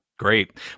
Great